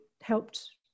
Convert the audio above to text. helped